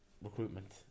Recruitment